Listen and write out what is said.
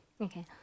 okay